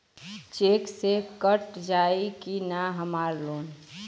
Check से कट जाई की ना हमार लोन?